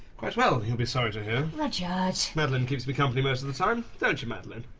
quite well, you'll be sorry to hear. rudyard madeleine keeps me company most of the time. don't you, madeleine?